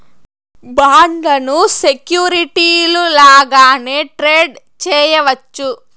బాండ్లను సెక్యూరిటీలు లాగానే ట్రేడ్ చేయవచ్చు